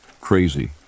crazy